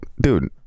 dude